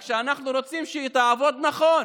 רק שאנחנו רוצים שהיא תעבוד נכון.